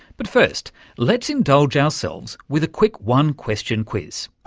but first let's indulge ourselves with a quick one-question quiz.